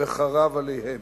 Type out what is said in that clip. וחרב עליהם,